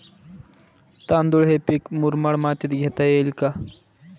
तांदूळ हे पीक मुरमाड मातीत घेता येईल का?